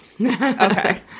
Okay